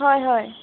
হয় হয়